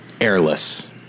airless